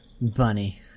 bunny